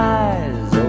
eyes